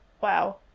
Wow